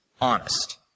honest